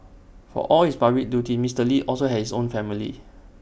for all his public duties Mister lee also had his own family